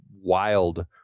wild